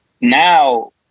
now